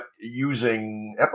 using